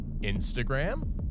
Instagram